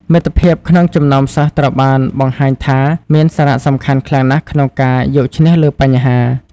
មិត្តភាព ក្នុងចំណោមសិស្សត្រូវបានបង្ហាញថាមានសារៈសំខាន់ខ្លាំងណាស់ក្នុងការយកឈ្នះលើបញ្ហា។